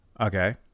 Okay